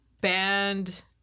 band